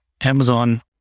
Amazon